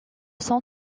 son